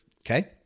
Okay